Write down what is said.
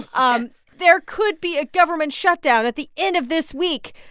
um there could be a government shutdown at the end of this week.